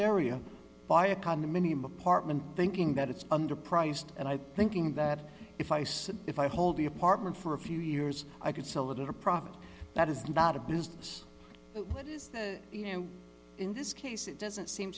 area buy a condominium apartment thinking that it's under priced and i'm thinking that if i said if i hold the apartment for a few years i could sell it at a profit that isn't bad a business but is that you know in this case it doesn't seem